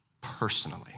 personally